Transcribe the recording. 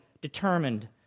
determined